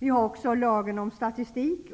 Vi har också lagen om